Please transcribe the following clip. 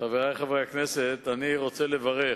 חברי חברי הכנסת, אני רוצה לברך